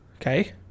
okay